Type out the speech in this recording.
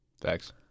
Thanks